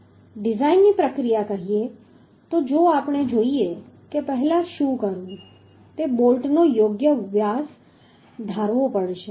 ડીઝાઈનની પ્રક્રિયા કહીએ તો જો આપણે જોઈએ કે પહેલા શું કરવું તે બોલ્ટનો યોગ્ય વ્યાસ ધારવો પડશે